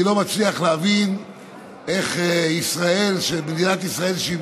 אני לא מצליח להבין איך מדינת ישראל, שהיא